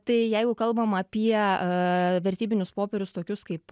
tai jeigu kalbam apie a vertybinius popierius tokius kaip